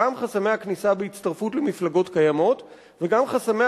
גם חסמי הכניסה בהצטרפות למפלגות קיימות וגם חסמי